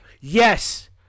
Yes